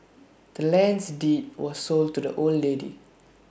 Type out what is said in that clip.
the land's deed was sold to the old lady